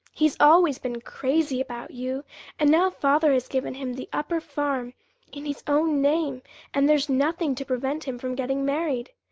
he's always been crazy about you and now father has given him the upper farm in his own name and there's nothing to prevent him from getting married.